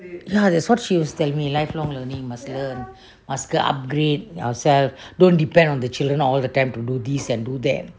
ya that's what she was telling me lifelong learning must learn must upgrade ourselves don't depend on the children all the time to do this and do them